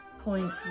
point